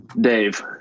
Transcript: Dave